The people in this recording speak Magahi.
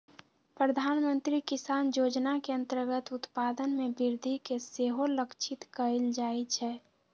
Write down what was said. प्रधानमंत्री किसान जोजना के अंतर्गत उत्पादन में वृद्धि के सेहो लक्षित कएल जाइ छै